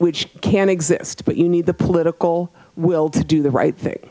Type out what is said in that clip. which can exist but you need the political will to do the right thing